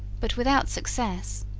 but without success.